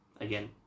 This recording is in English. again